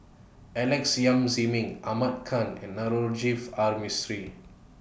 Alex Yam Ziming Ahmad Khan and Navroji R Mistri